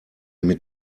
mit